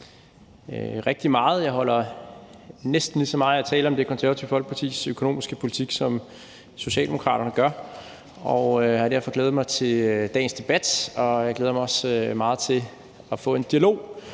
rigtig meget. Jeg holder næsten lige så meget af at tale om Det Konservative Folkepartis økonomiske politik, som socialdemokraterne gør, og jeg har derfor glædet mig til dagens debat. Jeg glæder mig også meget til at få en dialog